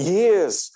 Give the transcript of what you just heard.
years